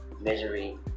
misery